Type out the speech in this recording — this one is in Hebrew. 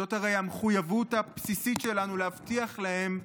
זאת הרי המחויבות הבסיסית שלנו להבטיח להם,